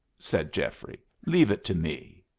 said geoffrey, leave it to me.